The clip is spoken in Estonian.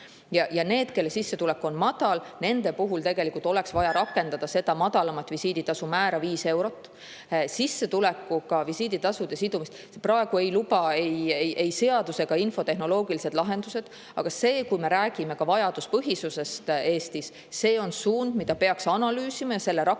ja need, kelle sissetulek on madal, nende puhul tegelikult oleks vaja rakendada seda madalamat visiiditasu määra viis eurot. Sissetulekuga visiiditasude sidumist praegu ei luba ei seadus ega infotehnoloogilised lahendused, aga kui me räägime vajaduspõhisusest Eestis, siis see on suund, mida peaks analüüsima ja selle rakendatavust